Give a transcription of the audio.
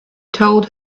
told